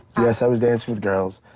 yes i was dancing with girls,